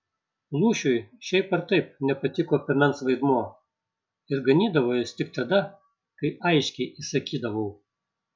lūšiui šiaip ar taip nepatiko piemens vaidmuo ir ganydavo jis tik tada kai aiškiai įsakydavau